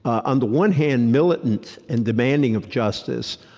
on the one hand, militant and demanding of justice.